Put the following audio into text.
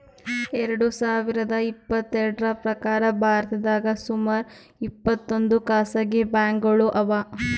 ಎರಡ ಸಾವಿರದ್ ಇಪ್ಪತ್ತೆರಡ್ರ್ ಪ್ರಕಾರ್ ಭಾರತದಾಗ್ ಸುಮಾರ್ ಇಪ್ಪತ್ತೊಂದ್ ಖಾಸಗಿ ಬ್ಯಾಂಕ್ಗೋಳು ಅವಾ